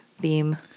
theme